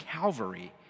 Calvary